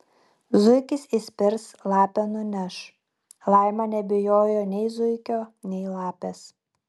zuikis įspirs lapė nuneš laima nebijojo nei zuikio nei lapės